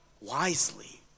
wisely